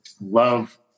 love